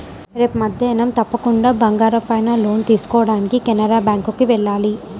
రేపు మద్దేన్నం తప్పకుండా బంగారం పైన లోన్ తీసుకోడానికి కెనరా బ్యేంకుకి వెళ్ళాలి